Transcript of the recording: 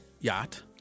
yacht